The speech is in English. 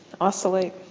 oscillate